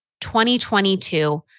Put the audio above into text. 2022